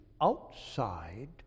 outside